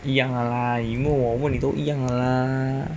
一样的啦你问我我问你都一样的啦